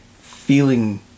feeling